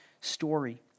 story